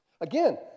Again